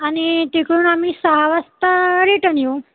आणि तिकडून आम्ही सहा वाजता रिटन येऊ